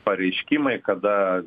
pareiškimai kada